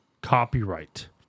copyright